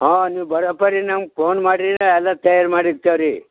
ಹಾಂ ನೀವು ಬರೋಬ್ಬರಿ ನಮ್ಗೆ ಫೋನ್ ಮಾಡಿರಿ ಎಲ್ಲ ತಯಾರು ಮಾಡಿ ಇರ್ತೇವೆ ರೀ